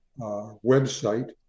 website